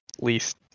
least